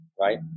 right